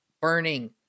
burning